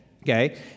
Okay